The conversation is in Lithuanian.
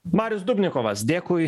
marius dubnikovas dėkui